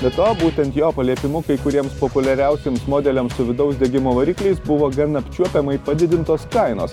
be to būtent jo paliepimu kai kuriems populiariausiems modeliams su vidaus degimo varikliais buvo gan apčiuopiamai padidintos kainos